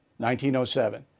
1907